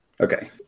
Okay